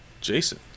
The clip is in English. Jason